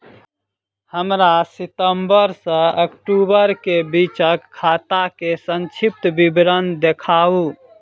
हमरा सितम्बर सँ अक्टूबर केँ बीचक खाता केँ संक्षिप्त विवरण देखाऊ?